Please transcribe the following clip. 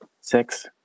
six